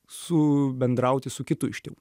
su bendrauti su kitu iš tėvų